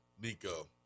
Nico